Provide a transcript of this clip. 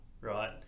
right